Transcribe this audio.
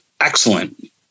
excellent